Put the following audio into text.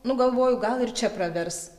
nu galvoju gal ir čia pravers